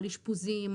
על אשפוזים,